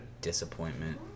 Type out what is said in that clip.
disappointment